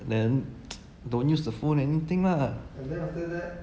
then don't use the phone anything lah then after that